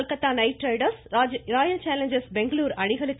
Kolkata knight riders royal challengers Bengaluru அணிகளுக்கு